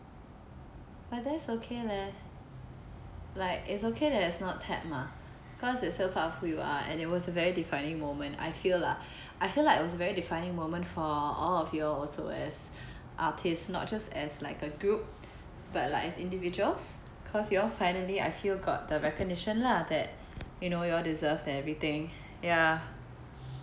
but that's okay leh like it's okay that it's not tap mah cause it's a part of who you are and it was a very defining moment I feel lah I feel like it was a very defining moment for all of you all also as artists not just as like a group but like as individuals cause you all finally I feel got the recognition lah that you know you all deserved and everything ya